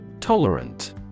Tolerant